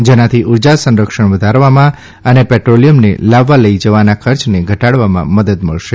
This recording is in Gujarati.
જેનાથી ઉર્જા સંરક્ષણ વધારવામાં અને ે ટ્રોલિયમને લાવવા લઇ જવાના ખર્ચને ઘટાડવામાં મદદ મળશે